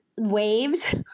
Waves